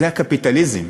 זה הקפיטליזם.